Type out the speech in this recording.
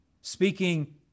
speaking